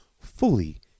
fully